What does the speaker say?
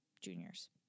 juniors